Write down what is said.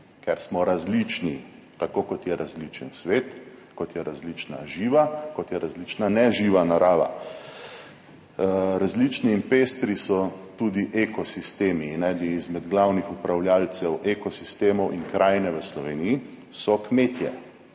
ker smo različni, tako kot je različen svet, kot je različna živa, kot je različna neživa narava. Različni in pestri so tudi ekosistemi in eni izmed glavnih upravljavcev ekosistemov in krajine v Sloveniji so kmetje.